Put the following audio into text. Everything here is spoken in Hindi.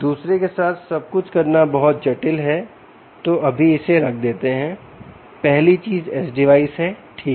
दूसरा के साथ सब कुछ करना बहुत जटिल है तो अभी इसे रख देते हैं पहली चीज एज डिवाइस है ठीक